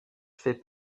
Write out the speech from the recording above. fait